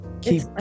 keep